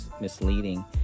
misleading